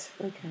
okay